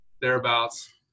thereabouts